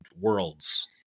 worlds